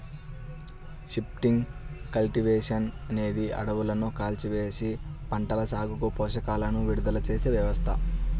shifting cultivation అనేది అడవులను కాల్చివేసి, పంటల సాగుకు పోషకాలను విడుదల చేసే వ్యవస్థ